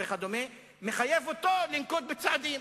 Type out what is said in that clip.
וכדומה, מחייב אותו לנקוט צעדים.